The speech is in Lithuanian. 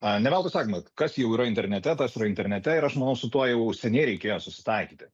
na neveltui sakoma kas jau yra internete tas yra internete ir aš manau su tuo jau seniai reikėjo susitaikyti